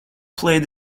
played